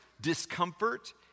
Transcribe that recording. discomfort